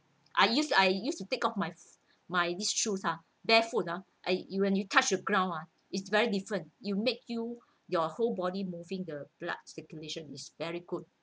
I used I used to take off my my this shoes ah barefoot ah I when you touch your ground ah is very different it make you your whole body moving the blood circulation is very good